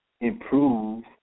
improve